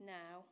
now